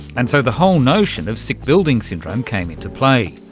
and so the whole notion of sick building syndrome came into play.